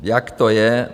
Jak to je?